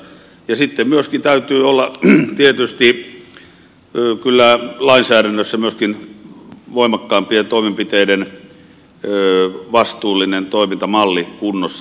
sitten myöskin täytyy olla tietysti kyllä lainsäädännössä voimakkaampien toimenpiteiden vastuullinen toimintamalli kunnossa